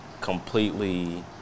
completely